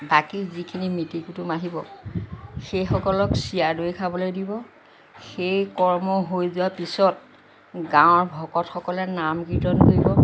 বাকী যিখিনি মিতিৰ কুটুম আহিব সেই সকলক চিৰা দৈ খাবলৈ দিব সেই কৰ্ম হৈ যোৱাৰ পিছত গাঁৱৰ ভকতসকলে নাম কীৰ্ত্তন কৰিব